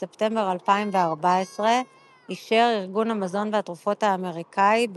בספטמבר 2014 אישר ארגון המזון והתרופות האמריקאי,